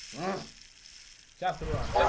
yes chester ross yeah